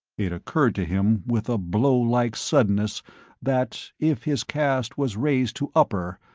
it occurred to him with a blowlike suddenness that, if his caste was raised to upper,